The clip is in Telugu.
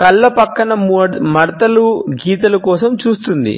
కళ్ళ పక్కన ముడతలు గీతలు కోసం చూస్తుంది